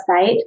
website